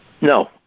No